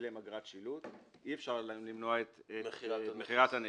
שילם אגרת שילוט, אי אפשר למנוע את מכירת הנכס.